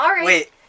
Wait